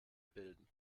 bilden